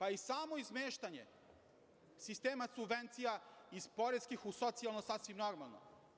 I samo izmeštanje sistema subvencija iz poreskih u socijalno je sasvim normalno.